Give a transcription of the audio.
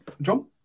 John